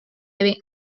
away